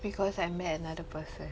because I met another person